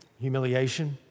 humiliation